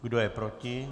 Kdo je proti?